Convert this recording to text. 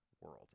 world